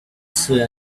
say